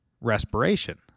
respiration